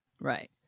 Right